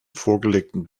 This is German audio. vorgelegten